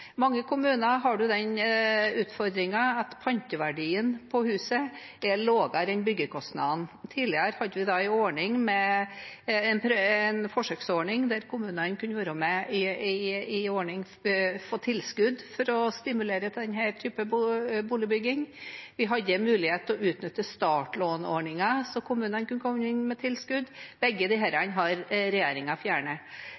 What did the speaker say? mange kommuner har en den utfordringen at panteverdien på huset er lavere enn byggekostnadene. Tidligere hadde vi en forsøksordning der kommunene kunne få tilskudd, for å stimulere til denne typen boligbygging. Vi hadde en mulighet til å utnytte startlånordningen, der kommunene kunne komme inn med tilskudd. Begge